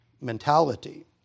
mentality